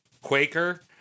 Quaker